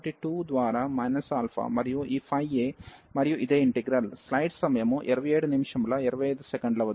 కాబట్టి 2 ద్వారా minus alpha మరియు ఈ phi a మరియు ఇదే ఇంటిగ్రల్